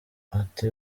ati